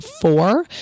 four